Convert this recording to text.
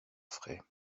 frais